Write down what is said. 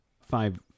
five